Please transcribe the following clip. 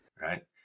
Right